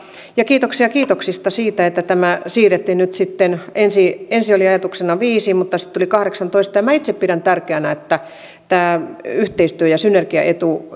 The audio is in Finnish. ja kiitoksia kiitoksista siitä että tämä siirrettiin nyt sitten ensin oli ajatuksena viisi mutta sitten tuli kahdeksantoista ja minä itse pidän tärkeänä että yhteistyö ja synergiaetu